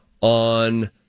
on